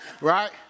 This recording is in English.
right